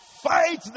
Fight